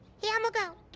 okay elmo go.